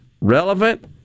relevant